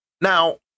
Now